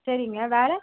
சரிங்க வேற